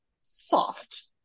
Soft